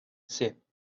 sep